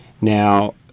Now